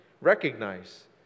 recognize